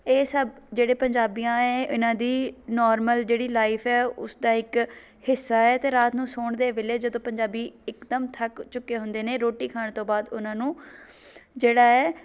ਇਹ ਸਭ ਜਿਹੜੇ ਪੰਜਾਬੀਆਂ ਏ ਇਹਨਾਂ ਦੀ ਨੋਰਮਲ ਜਿਹੜੀ ਲਾਈਫ ਹੈ ਉਸ ਦਾ ਇੱਕ ਹਿੱਸਾ ਹੈ ਅਤੇ ਰਾਤ ਨੂੰ ਸੌਣ ਦੇ ਵੇਲੇ ਜਦੋਂ ਪੰਜਾਬੀ ਇਕਦਮ ਥੱਕ ਚੁੱਕੇ ਹੁੰਦੇ ਨੇ ਰੋਟੀ ਖਾਣ ਤੋਂ ਬਾਅਦ ਉਹਨਾਂ ਨੂੰ ਜਿਹੜਾ ਹੈ